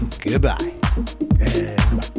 Goodbye